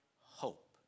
hope